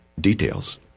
details